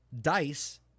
Dice